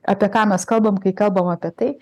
apie ką mes kalbam kai kalbam apie tai